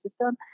system